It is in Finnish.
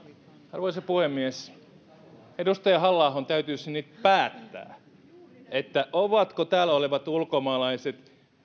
arvoisa puhemies edustaja halla ahon täytyisi nyt päättää onko ongelma se että täällä olevat ulkomaalaiset